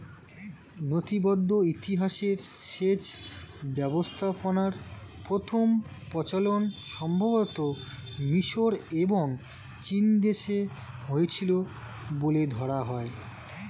নথিবদ্ধ ইতিহাসে সেচ ব্যবস্থাপনার প্রথম প্রচলন সম্ভবতঃ মিশর এবং চীনদেশে হয়েছিল বলে ধরা হয়